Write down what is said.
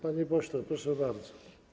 Panie pośle, proszę bardzo.